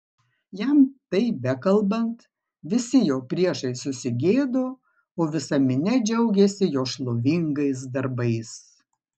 jam tai bekalbant visi jo priešai susigėdo o visa minia džiaugėsi jo šlovingais darbais